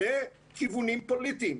לכיוונים פוליטיים,